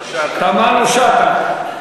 תמנו-שטה,